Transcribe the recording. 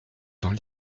temps